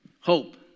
Hope